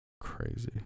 Crazy